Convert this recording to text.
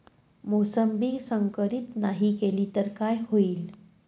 मोसंबी संकरित नाही केली तर काय होईल?